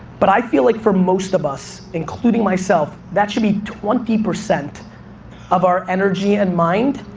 but i feel like for most of us, including myself, that should be twenty percent of our energy and mind,